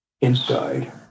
inside